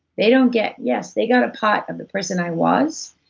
they don't get. yes, they got a part of the person i was,